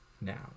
now